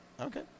Okay